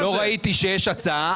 אף פעם לא ראיתי שיש הצעה,